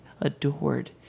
adored